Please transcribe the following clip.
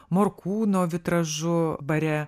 morkūno vitražu bare